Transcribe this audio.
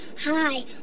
Hi